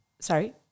Sorry